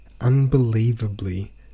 unbelievably